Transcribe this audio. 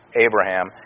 Abraham